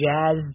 Jazz